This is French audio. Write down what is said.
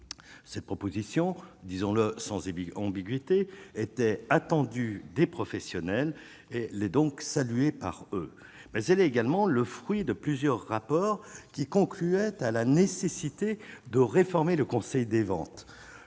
cette proposition, disons-le sans aiguille ambiguïté était attendue des professionnels et les donc salué par eux, mais elle est également le fruit de plusieurs rapports qui concluait à la nécessité de réformer le Conseil des ventes,